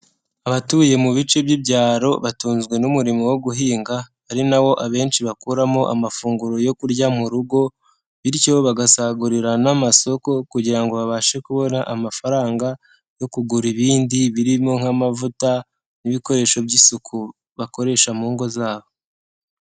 Abatuye mu bice by'ibyaro batunzwe n'umurimo wo guhinga, ari na wo abenshi bakuramo amafunguro yo kurya mu rugo, bityo bagasagurira n'amasoko kugira ngo babashe kubona amafaranga yo kugura ibindi, birimo nk'amavuta n'ibikoresho by'isuku, bakoresha mu ngo zabo.